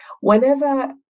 Whenever